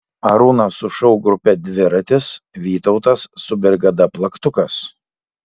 arūnas su šou grupe dviratis vytautas su brigada plaktukas